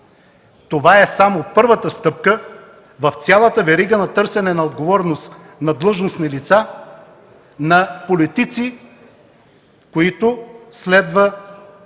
Това е само първата стъпка в цялата верига на търсене на отговорност на длъжностни лица, на политици, които следва